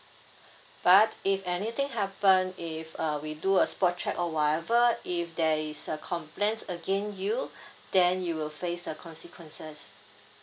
but if anything happen if uh we do a spot check or whatever if there is a complaints against you then you will face the consequences